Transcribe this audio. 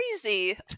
crazy